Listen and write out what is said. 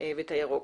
ואת הירוק.